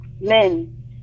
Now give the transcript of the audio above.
men